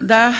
DA